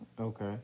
Okay